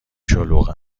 شلوغ